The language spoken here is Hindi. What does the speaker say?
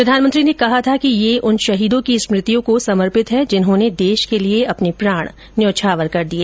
प्रधानमंत्री ने कहा था कि ये उन शहीदों की स्मृतियों को समर्पित है जिन्होंने देश के लिए अपने प्राण न्यौछावर कर दिए